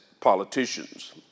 politicians